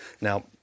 Now